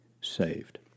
saved